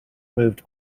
moved